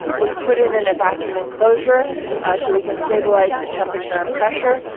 we've put in and a vacuum enclosure so we can stabilise the temperature and pressure.